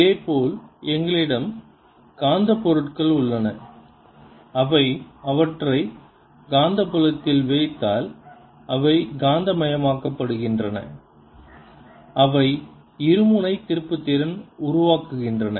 இதேபோல் எங்களிடம் காந்த பொருட்கள் உள்ளன அவை அவற்றை காந்தப்புலத்தில் வைத்தால் அவை காந்தமாக்கப்படுகின்றன அவை இருமுனை திருப்புத்திறன் உருவாக்குகின்றன